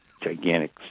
gigantic